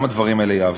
וגם הדברים האלה יעברו.